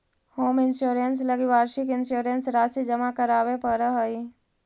home insurance लगी वार्षिक insurance राशि जमा करावे पड़ऽ हइ